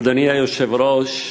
אדוני היושב-ראש,